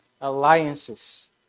alliances